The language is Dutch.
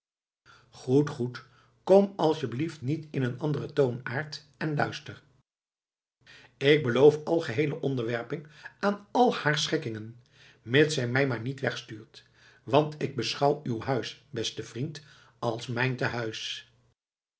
goed goed kom asjeblieft niet in een anderen toonaard en luister ik beloof algeheele onderwerping aan al haar schikkingen mits zij mij maar niet wegstuurt want ik beschouw uw huis beste vriend als mijn tehuis